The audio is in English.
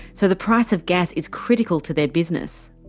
so the price of gas is critical to their business.